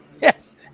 Yes